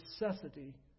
necessity